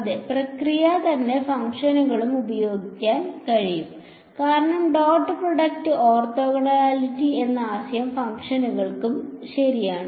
അതേ പ്രക്രിയ തന്നെ ഫംഗ്ഷനുകളിലും പ്രയോഗിക്കാൻ കഴിയും കാരണം ഡോട്ട് പ്രോഡക്റ്റ് ഓർത്തോഗണാലിറ്റി എന്ന ആശയം ഫംഗ്ഷനുകൾക്കും ശരിയാണ്